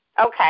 Okay